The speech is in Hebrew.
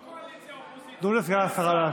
לא קואליציה אופוזיציה, סגן השר.